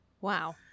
Wow